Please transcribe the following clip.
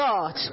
God